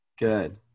Good